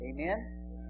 Amen